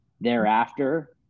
thereafter